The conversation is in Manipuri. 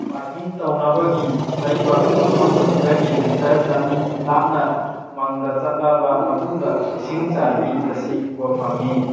ꯄꯥꯔꯀꯤꯡ ꯇꯧꯅꯕꯒꯤ ꯂꯩꯕ ꯃꯐꯝ ꯑꯗꯨꯗꯒꯤ ꯃꯤꯇ꯭ꯔ ꯆꯅꯤ ꯂꯥꯞꯅ ꯎꯃꯪꯗ ꯆꯠꯂꯕ ꯃꯇꯨꯡꯗ ꯏꯁꯤꯡ ꯆꯥꯏꯕꯤ ꯑꯁꯤ ꯎꯕ ꯐꯪꯏ